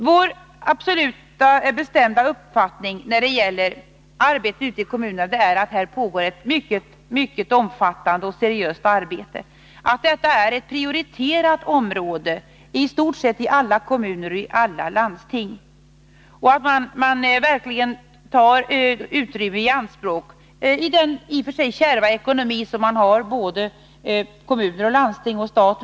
Vår bestämda uppfattning är att det i kommunerna pågår ett mycket omfattande och seriöst arbete, att detta är ett prioriterat område inom i stort sett alla kommuner och landsting och att man verkligen tar utrymme i anspråk i den i och för sig kärva ekonomi som både stat, kommuner och landsting har.